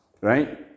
Right